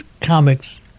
comics